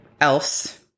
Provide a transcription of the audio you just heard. else